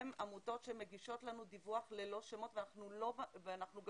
הן עמותות שמגישות לנו דיווח ללא שמות ואנחנו גם